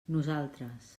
nosaltres